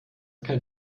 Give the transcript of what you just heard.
kein